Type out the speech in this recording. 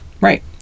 Right